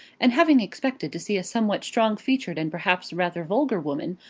and having expected to see a somewhat strong-featured and perhaps rather vulgar woman,